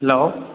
hello